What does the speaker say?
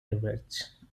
leverage